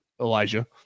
Elijah